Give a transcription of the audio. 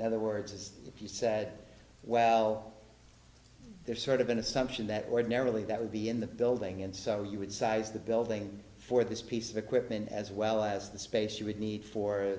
another words as if you said well there's sort of an assumption that ordinarily that would be in the building and so you would size the building for this piece of equipment as well as the space you would need for